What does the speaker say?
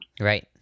Right